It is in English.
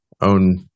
own